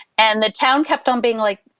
and the town kept on being like,